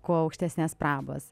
kuo aukštesnės prabos